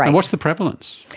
and what's the prevalence?